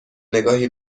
نگاهی